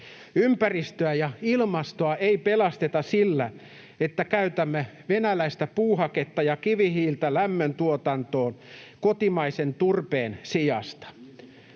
Ympäristöä ja ilmastoa ei pelasteta sillä, että käytämme venäläistä puuhaketta ja kivihiiltä lämmöntuotantoon kotimaisen turpeen sijasta.